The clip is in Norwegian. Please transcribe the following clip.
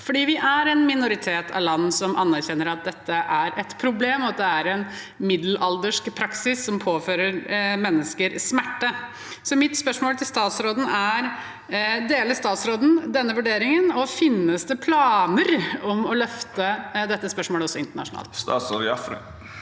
for vi er en minoritet av land som anerkjenner at dette er et problem, og at det er en middelaldersk praksis som påfører mennesker smerte. Mitt spørsmål til statsråden er: Deler statsråden denne vurderingen, og finnes det planer om å løfte dette spørsmålet også internasjonalt? Statsråd Lubna